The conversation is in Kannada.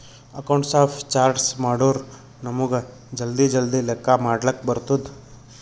ಅಕೌಂಟ್ಸ್ ಆಫ್ ಚಾರ್ಟ್ಸ್ ಮಾಡುರ್ ನಮುಗ್ ಜಲ್ದಿ ಜಲ್ದಿ ಲೆಕ್ಕಾ ಮಾಡ್ಲಕ್ ಬರ್ತುದ್